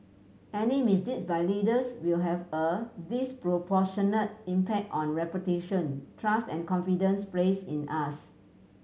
any misdeeds by leaders will have a disproportionate impact on reputation trust and confidence placed in us